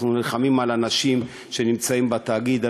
אנחנו נלחמים על אנשים שנמצאים בתאגיד,